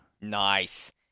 nice